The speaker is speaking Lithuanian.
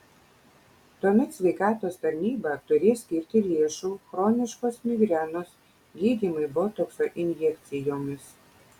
tuomet sveikatos tarnyba turės skirti lėšų chroniškos migrenos gydymui botokso injekcijomis